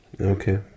Okay